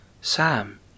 Sam